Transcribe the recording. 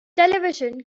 television